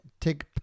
take